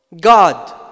God